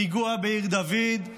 פיגוע בעיר דוד,